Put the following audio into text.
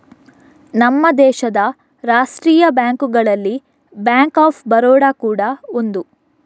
ನಮ್ಮ ದೇಶದ ರಾಷ್ಟೀಯ ಬ್ಯಾಂಕುಗಳಲ್ಲಿ ಬ್ಯಾಂಕ್ ಆಫ್ ಬರೋಡ ಕೂಡಾ ಒಂದು